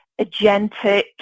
agentic